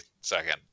second